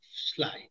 slide